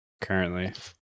currently